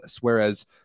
Whereas